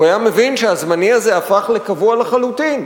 הוא היה מבין שהזמני הזה הפך לקבוע לחלוטין.